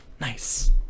nice